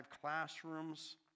classrooms